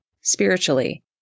spiritually